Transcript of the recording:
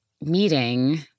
meeting